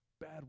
bad